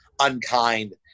unkind